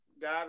God